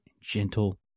gentle